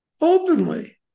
openly